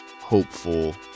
hopeful